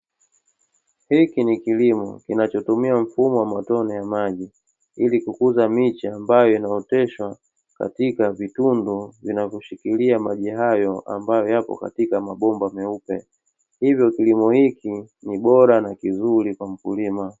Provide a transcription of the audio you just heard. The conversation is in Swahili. Hiki ni kilimo kinacho tumia matonye ya maji, ili kukuza miche ambayo imeoteshwa katika vitundu vinavyo shikilia maji hayo ambayo, yapo katika mabomba meupe. Hivyo kilimo hiki ni bora na kizuri kwa mkulima.